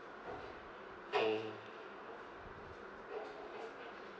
hmm